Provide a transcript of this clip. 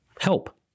help